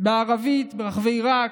בערבית ברחבי עיראק,